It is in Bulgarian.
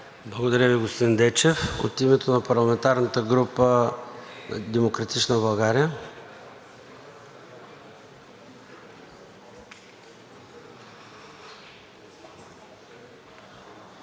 Благодаря Ви, господин Клечков. От името на парламентарната група на „Демократична България“?